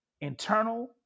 internal